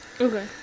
okay